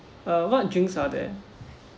uh what drinks are there